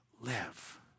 live